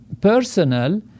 personal